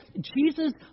Jesus